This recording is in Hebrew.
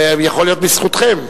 ויכול להיות בזכותכם.